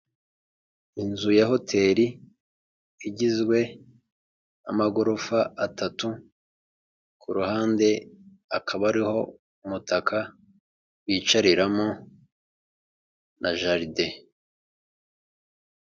Inzu ya hoteli igizwe n'amagorofa atatu, ku ruhande hakaba hariho umutaka wicariramo na jaride.